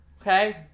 okay